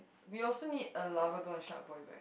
we also need a Larva girl and SharkBoy what